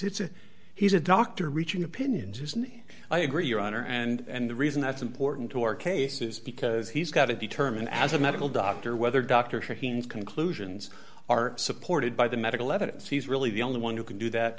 it's a he's a doctor reaching opinions and i agree your honor and the reason that's important to our cases because he's got to determine as a medical doctor whether dr king's conclusions are supported by the medical evidence he's really the only one who can do that